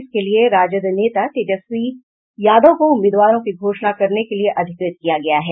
इसके लिए राजद नेता तेजस्वी यादव को उम्मीदवारों की घोषणा करने के लिए अधिकृत किया गया है